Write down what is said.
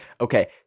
Okay